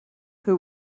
who